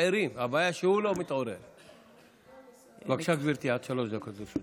בבקשה, גברתי, עד שלוש דקות לרשותך.